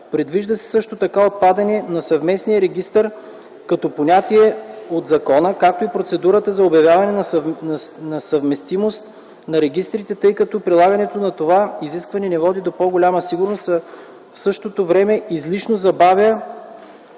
Предвижда се също така отпадане на съвместимия регистър като понятие от закона, както и процедурата за обявяване на съвместимост на регистрите, тъй като прилагането на това изискване не води до по-голяма сигурност, а в същото време излишно забавя